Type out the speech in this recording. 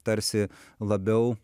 tarsi labiau